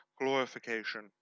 glorification